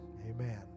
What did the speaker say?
Amen